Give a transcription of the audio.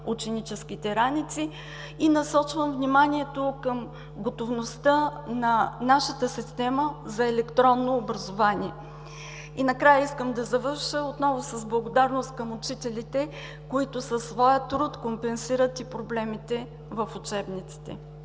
ученическите раници и насочвам вниманието и към готовността на нашата система за електронно образование. Накрая искам да завърша отново с благодарност към учителите, които със своя труд компенсират и проблемите в учебниците.